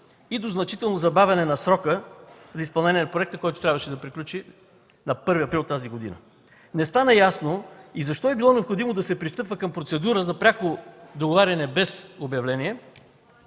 и до значително забавяне на срока за изпълнение на проекта, който трябваше да приключи на 1 април тази година. Не стана ясно и защо е било необходимо да се пристъпва към процедура за пряко договаряне без обявление,